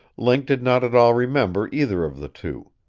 link did not at all remember either of the two.